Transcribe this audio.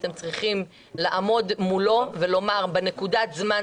אתם צריכים לעמוד מולו ולומר: בנקודת הזמן